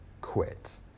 quit